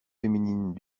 féminine